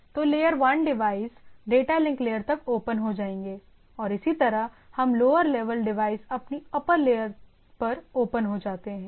तो layer 1 device data link layer तक open हो जाएंगे और इसी तरह हर लोअर लेवल डिवाइस अपनी अप्पर लेयर पर ओपन हो जाते हैं